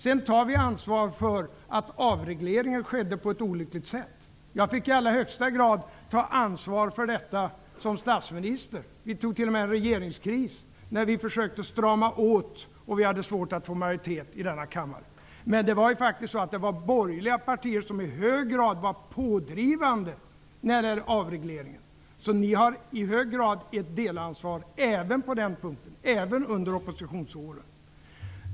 Vidare tar vi ansvar för att avregleringen skedde på ett olyckligt sätt. Jag fick i allra högsta grad ta ansvar för detta som statsminister. Det blev t.o.m. regeringskris när vi försökte strama åt och vi hade svårt att få majoritet i denna kammare. Det var borgerliga partier som i hög grad var pådrivande i avregleringen. Ni borgerliga hade i hög grad ett delansvar på den punkten även under oppositionsåren.